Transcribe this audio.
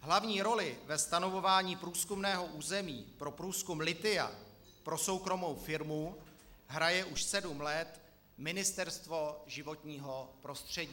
Hlavní roli ve stanovování průzkumného území pro průzkum lithia pro soukromou firmu hraje už sedm let Ministerstvo životního prostředí.